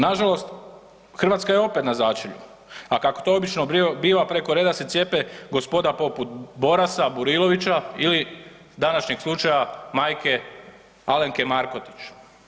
Nažalost, Hrvatska je opet na začelju, a kako to obično biva preko reda se cijepe gospoda poput Borasa, Burilovića ili današnjeg slučaja majke Alemke Markotić.